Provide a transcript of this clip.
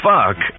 Fuck